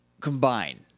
combine